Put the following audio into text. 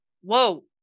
whoa